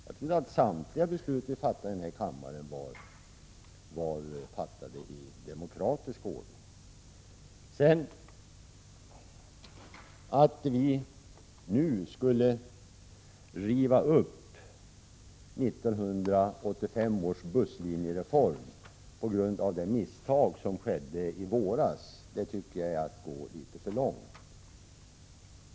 Jag trodde att samtliga beslut som vi fattar i den här kammaren var fattade i demokratisk ordning! Vad sedan gäller önskemålet att vi nu skulle riva upp 1985 års busslinjereform på grund av det misstag som skedde i våras tycker jag att det är att gå litet för långt.